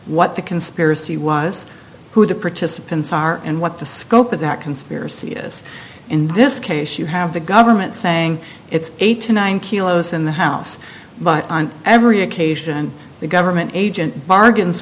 what the conspiracy was who the participants are and what the scope of that conspiracy is in this case you have the government saying it's eight to nine kilos in the house but on every occasion the government agent bargains